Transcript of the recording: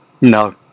No